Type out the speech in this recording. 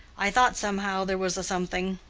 i thought somehow there was a something.